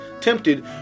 tempted